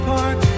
Park